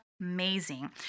amazing